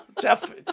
Jeff